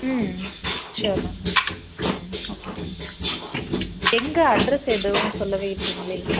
ம் sure ma'am hmm okay எங்கே address எதுவும் சொல்லவே இல்லைங்ளே